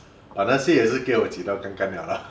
but 那些也是被我挤到干干 liao lah